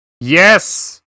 Yes